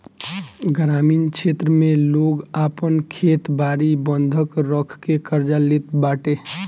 ग्रामीण क्षेत्र में लोग आपन खेत बारी बंधक रखके कर्जा लेत बाटे